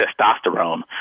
testosterone